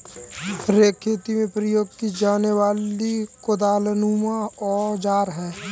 rake खेती में प्रयोग की जाने वाली कुदालनुमा औजार है